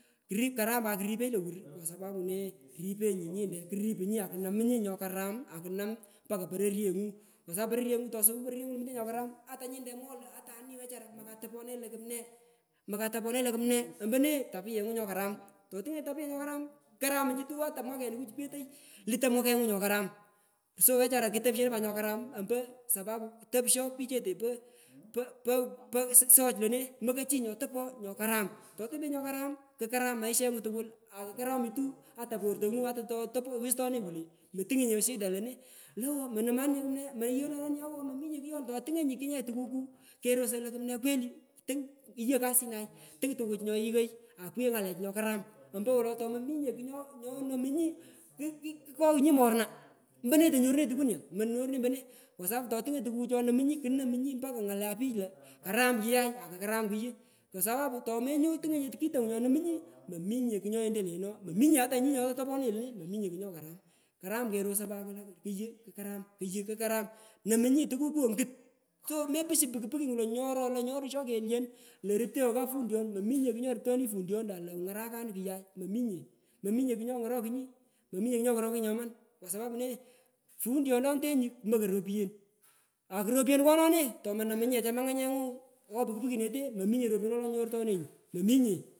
Rip karam pat kuripech lowur sapapu ne ripenyi nyinte kur ipenunyi akunamunyi nyokaram mpaka pororyengu kwasapu poronyenyunyi minyi nyokaram mwoghoy lo atani wechara mokan topone le kumne mokan topone le kumne ampone tapuyengu nyokaram to tughonyitapiya nyokaram kukaramavhitu ata mwakeniku chini petoi lutoi mwakengu nyokaram so wechara ketopisheno pat nyokaram ompo sapapu topisho pichete po po po soch lone mukoy chii ayotopoi nyokaram, toto penyi kukaram maishengu tukul akukoromitu ata portongu ata tata pogh westonenyi kule metungonyi shida lone lo owo monomanunye kumne awo mominye kuyona totungonyi kunye tukutu kerosoi lo kumne kweli tung yighoi kasinai tung chiyighoi akwingoi ngalechi nyokaram ompowolo tomominye kung nyo nyonomunyi ku kukoghoch nyi moruna mpone tomenyorunanyitukunyo menyorunenyi mpone kwa sapu totungonyi tukuchona nomunyi kunomunyi mpaka ngala pich lo karam chichay akukaram kuyu kwa sapapu tome tungonyinye kingu nyonomunyi mominye kugh nyoendeleno mominye ata nyi nyotoponenyi lone mominye kugh nyokaram karam kerosoi pat lo kuyu kukaram kuyu kukaram nomunyi tukuku ongat so mepushu puki pukingu lo nyoro lo nyorishot kelyon lo rupteo kapundion mominye kugh nyorupteo nunyi pundiyonta lo ngarakanu kuyay mominye mominye kugh nyongorokunyi imominye kugh nyongorokunyi kwa sapu ne punduyontonetengu kumokoi ropuyen akuropuyen kono ne tomonomunyinye chemanganyengu ngo puki puki nete mominye ropuyen wolo nyortenenyi mominye.